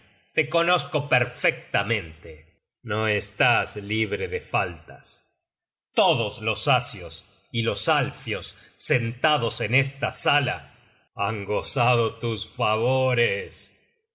te conozco perfectamente no estás libre de faltas todos los asios y los alfios sentados en esta sala han gozado tus favores